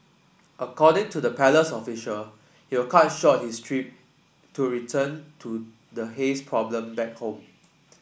according to the palace official he will cut short his trip to return to the haze problem back home